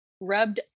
rubbed